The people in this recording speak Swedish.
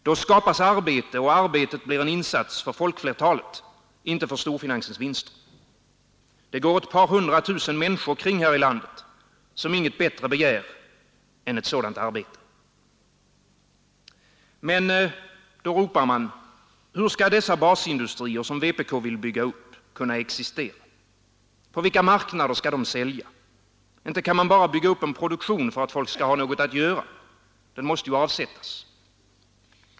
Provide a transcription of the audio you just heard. Då skapas arbete, och arbetet blir en insats för folkflertalet, inte för storfinansens vinster. Det går ett par hundratusen människor omkring här i landet som inget bättre begär än ett sådant arbete. Men nu ropar man: Hur skall dessa basindustrier, som vpk vill bygga upp, kunna existera? På vilka marknader skall de sälja? Inte kan man bara bygga upp en produktion för att folk skall ha något att göra. Den måste ju avsättas.